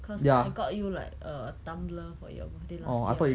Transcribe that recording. cause I got you like a tumbler for your birthday last year